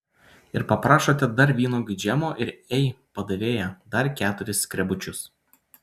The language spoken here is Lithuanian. ir paprašote dar vynuogių džemo ir ei padavėja dar keturis skrebučius